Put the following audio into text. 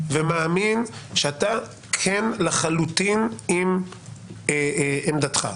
ומאמין שאתה כן לחלוטין עם עמדתך,